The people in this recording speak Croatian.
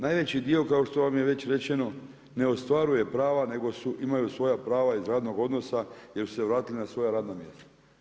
Najveći dio kao što vam je već rečeno, ne ostvaruje prava, nego imaju svoja prava iz radnog odnosa, jer su se vratili na svoja radna mjesta.